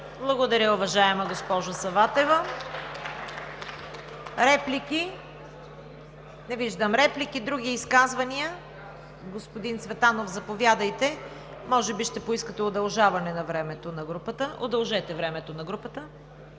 Благодаря Ви, уважаема госпожо Саватева. Реплики? Не виждам реплики. Други изказвания? Господин Цветанов, заповядайте. Може би ще поискате удължаване на времето на групата? Удължете времето на група!